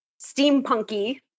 Steampunky